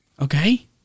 Okay